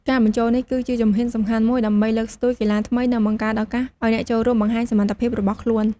ការបញ្ចូលនេះគឺជាជំហានសំខាន់មួយដើម្បីលើកស្ទួយកីឡាថ្មី និងបង្កើតឱកាសឱ្យអ្នកចូលរួមបង្ហាញសមត្ថភាពរបស់ខ្លួន។